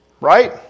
Right